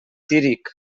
tírig